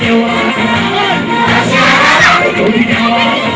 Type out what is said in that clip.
no no